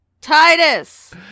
Titus